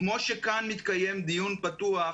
שכמו כאן מתקיים דיון פתוח,